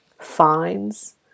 fines